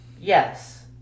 Yes